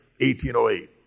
1808